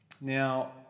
Now